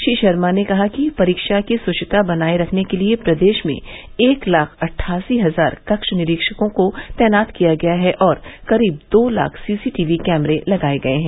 श्री शर्मा ने कहा कि परीक्षा की शुचिता बनाए रखने के लिए प्रदेश में एक लाख अट्ठासी हजार कक्ष निरीक्षकों को तैनात किया गया है और करीब दो लाख सीसीटीवी कैमरे लगाए गए हैं